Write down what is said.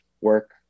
work